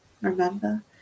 Remember